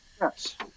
yes